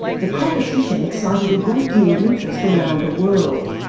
the competition excited a great deal of interest around the world.